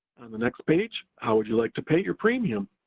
and the next page, how would you like to pay your premium?